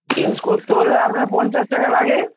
change করতে হলে আপনার পঞ্চাশ টাকা লাগে